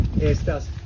Estas